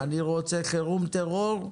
אני רוצה חירום, טרור,